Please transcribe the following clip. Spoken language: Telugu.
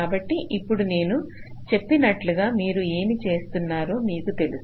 కాబట్టి ఇప్పుడు నేను చెప్పినట్లు మీరు ఏమి చేస్తున్నారో మీకు తెలుసు